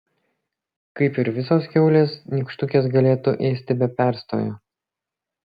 kaip ir visos kiaulės nykštukės galėtų ėsti be perstojo